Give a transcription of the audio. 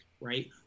right